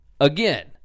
Again